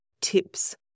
tips